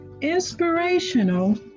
inspirational